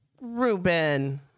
Ruben